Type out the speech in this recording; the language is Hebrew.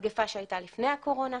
מגיפה שהייתה לפני הקורונה,